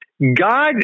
God